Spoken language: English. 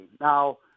Now